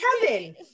kevin